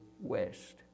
west